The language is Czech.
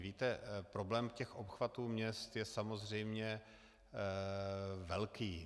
Víte, problém těch obchvatů měst je samozřejmě velký.